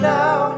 now